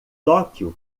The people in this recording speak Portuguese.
tóquio